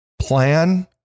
plan